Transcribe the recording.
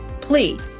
Please